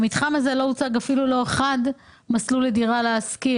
שלא הוצג בו אפילו לא מסלול אחד של דירה להשכיר.